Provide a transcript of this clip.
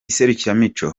iserukiramuco